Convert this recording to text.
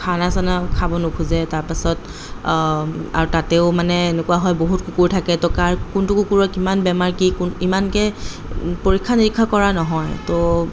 খানা চানা খাব নোখোজে তাৰপাছত আৰু তাতেও মানে এনেকুৱা হয় বহুত কুকুৰ থাকেতো কাৰ কোনটো কুকুৰৰ কিমান বেমাৰ কি কোন ইমানকৈ পৰীক্ষা নিৰীক্ষা কৰা নহয় তো